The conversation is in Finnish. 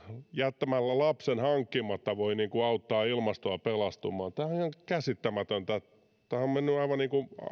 jättämällä lapsen hankkimatta voi auttaa ilmastoa pelastumaan tämähän on ihan käsittämätöntä tämä keskusteluhan on mennyt aivan